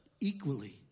equally